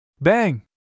Bang